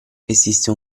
esiste